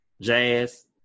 Jazz